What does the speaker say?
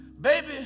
Baby